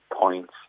points